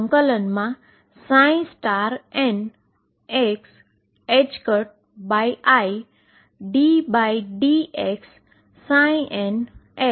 જે ∫nxiddx ndx છે